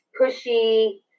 pushy